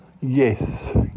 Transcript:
Yes